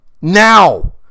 now